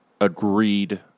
agreed